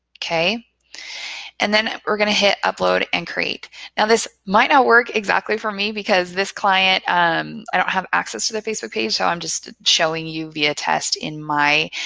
and then we're going to hit upload and create. now this might not work exactly for me because this client i don't have access to their facebook page. so i'm just showing you via test in my